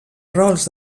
rols